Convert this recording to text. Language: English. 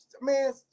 man